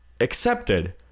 accepted